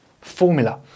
formula